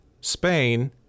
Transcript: Spain